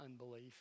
unbelief